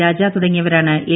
രാജ തുടങ്ങിയവരാണ് എൽ